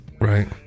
Right